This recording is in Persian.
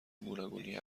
گوناگونی